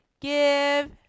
give